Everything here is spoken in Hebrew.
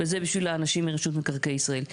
וזה בשביל האנשים מרשות מקרקעי ישראל,